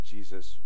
Jesus